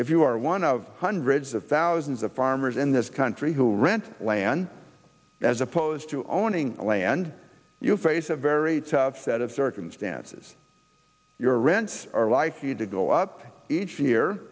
if you are one of hundreds of thousands of farmers in this country who rent land as opposed to owning land you face a very tough set of circumstances your rents are likely to go up each year